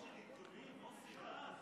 מוציאים לאור של עיתונים.